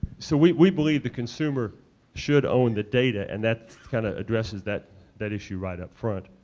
so we we believe the consumer should own the data, and that kind of addresses that that issue right up front,